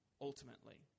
ultimately